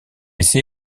essai